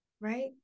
Right